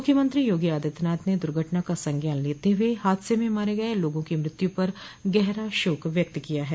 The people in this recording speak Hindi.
मुख्यमंत्रो योगी आदित्यनाथ ने दुर्घटना का संज्ञान लेते हुए हादसे में मारे गये लोगों की मृत्यु पर गहरा शोक व्यक्त किया है